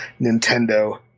Nintendo